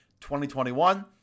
2021